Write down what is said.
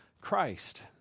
Christ